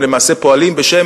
גברתי היושבת-ראש,